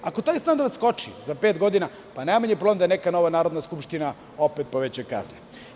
Ako taj standard skoči za pet godina, najmanji je problem da neka nova Narodna skupština opet poveća kazne.